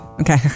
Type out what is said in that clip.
Okay